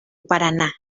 paraná